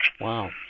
Wow